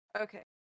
Okay